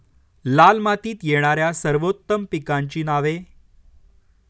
लाल मातीत येणाऱ्या सर्वोत्तम पिकांची नावे?